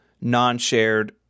non-shared